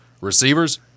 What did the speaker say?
Receivers